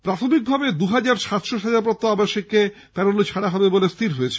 প্রাথমিকভাবে দুই হাজার সাতশো সাজাপ্রাপ্ত আবাসিক কে প্যারোলে ছাড়া হবে বলে স্থির হয়েছে